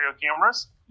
cameras